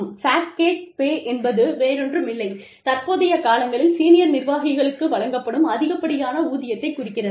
fat cat pay என்பது வேறொன்றும் இல்லை தற்போதைய காலங்களில் சீனியர் நிர்வாகிகளுக்கு வழங்கப்படும் அதிகப்படியான ஊதியத்தைக் குறிக்கிறது